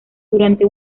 durante